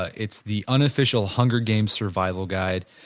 ah it's the unofficial hunger games survival guide.